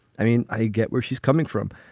i mean, i get where she's coming from.